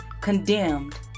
condemned